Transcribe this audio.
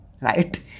right